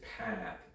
path